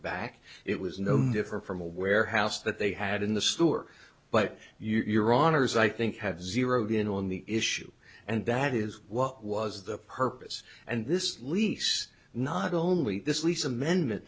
back it was no different from a warehouse that they had in the store but you're honors i think have zeroed in on the issue and that is what was the purpose and this lease not only this lease amendment